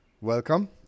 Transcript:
Welcome